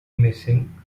missing